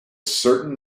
certain